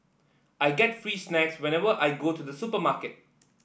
I get free snacks whenever I go to the supermarket